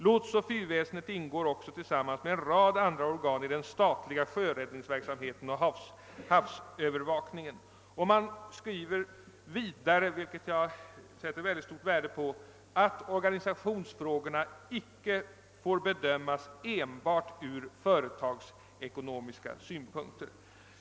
Lotsoch fyrväsendet ingår också tillsammans med en rad andra organ i den statliga sjöräddningsverksamheten och havsövervakningen.» Utskottet skriver vidare — vilket jag sätter stort värde på — att organisationsfrågorna icke får bedömas enbart ur företagsekonomiska synpunkter.